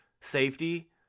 safety